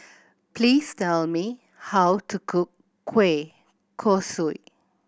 please tell me how to cook kueh kosui